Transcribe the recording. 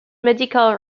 medical